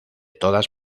todas